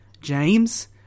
James